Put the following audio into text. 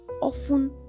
often